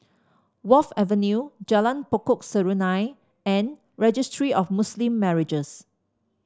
Wharf Avenue Jalan Pokok Serunai and Registry of Muslim Marriages